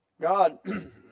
God